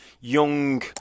young